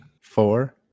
Four